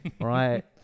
right